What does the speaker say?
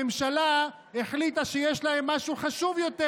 הממשלה החליטה שיש להם משהו חשוב יותר.